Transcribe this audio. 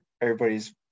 Everybody's